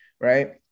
right